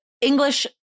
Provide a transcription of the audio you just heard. English